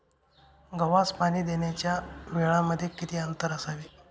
गव्हास पाणी देण्याच्या वेळांमध्ये किती अंतर असावे?